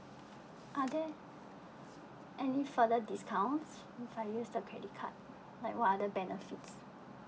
are there any further discount if I use the credit card like what are the benefits